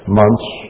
months